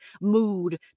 mood